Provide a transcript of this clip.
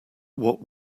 what